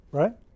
right